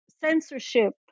censorship